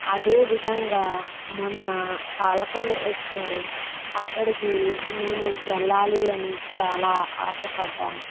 అదే విధంగా మోన్న పాలకొల్లు వచ్చారు అక్కడకీ నేను వెళ్ళాలి అని చాలా ఆశా పడ్డాను